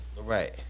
Right